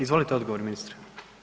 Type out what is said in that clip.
Izvolite odgovor ministre.